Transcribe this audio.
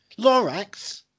Lorax